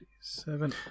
Seven